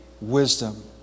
wisdom